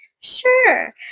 sure